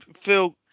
feel